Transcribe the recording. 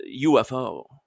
UFO